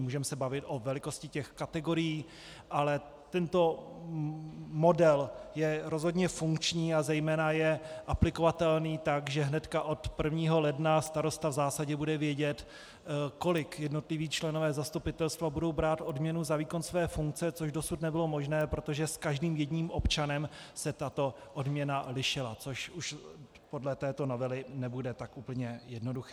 Můžeme se bavit o velikosti těch kategorií, ale tento model je rozhodně funkční a zejména je aplikovatelný tak, že hnedka od 1. ledna starosta v zásadě bude vědět, kolik jednotliví členové zastupitelstva budou brát odměnu za výkon své funkce, což dosud nebylo možné, protože s každým jedním občanem se tato odměna lišila, což už podle této novely nebude tak úplně jednoduché.